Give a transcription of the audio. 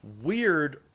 weird